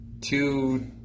Two